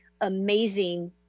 amazing